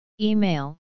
Email